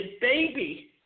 baby